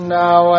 now